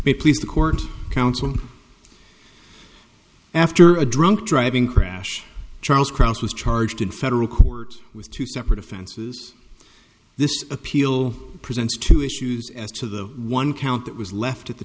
ready please the court counsel after a drunk driving crash charles cross was charged in federal court with two separate offenses this appeal presents two issues as to the one count that was left at the